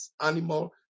animal